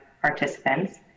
participants